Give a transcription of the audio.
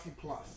Plus